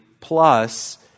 plus